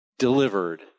delivered